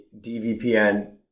DVPN